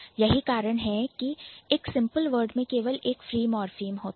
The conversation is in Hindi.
यही कारण है की एक सिंपल वर्ड में केवल एक फ्री मॉर्फीम होता है